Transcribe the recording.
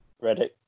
ready